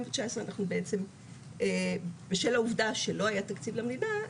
אנחנו בעצם בשל העובדה שלא היה תקציב למדינה,